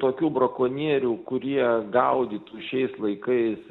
tokių brakonierių kurie gaudytų šiais laikais